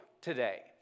today